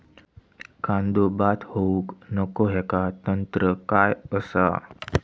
कांदो बाद होऊक नको ह्याका तंत्र काय असा?